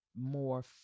more